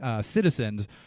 citizens